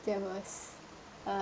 there was uh